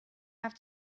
have